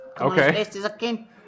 Okay